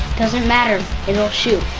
doesn't matter, it'll shoot.